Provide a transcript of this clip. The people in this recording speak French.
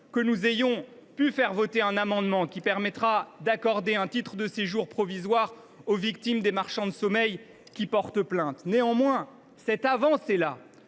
que nous ayons pu faire adopter un amendement qui permettra d’accorder un titre de séjour provisoire aux victimes des marchands de sommeil qui portent plainte. Toutefois, cette avancée